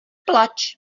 plač